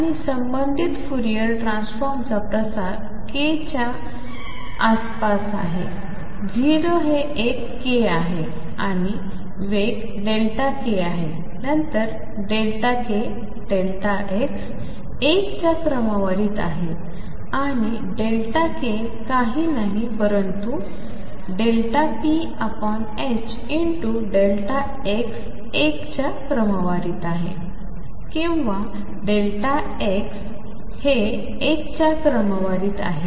आणि संबंधित फुरियर ट्रान्सफॉर्मचा प्रसार के केच्या आसपास आहे 0 हे एक k आहे आणि वेग Δk आहे नंतर Δk Δx 1 च्या क्रमवारीत आहे आणि Δk काही नाही परंतु Δpx 1 च्या क्रमवारीत आहे किंवा आणि Δx आहे h च्या क्रमवारीत आहे